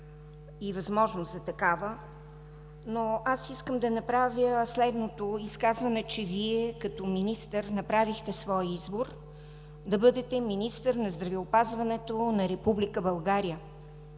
и възможност за такава. Но аз искам да направя следното изказване, че Вие като министър направихте своя избор да бъдете министър на здравеопазването на Република България.